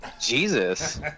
Jesus